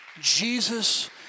Jesus